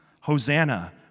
Hosanna